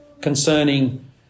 concerning